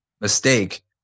mistake